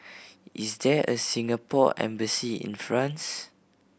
is there a Singapore Embassy in France